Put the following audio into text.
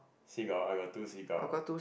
segull I got two seagull